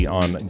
on